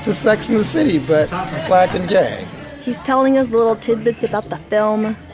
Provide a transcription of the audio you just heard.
the sex in the city but black and gay he's telling us little tidbits about the film.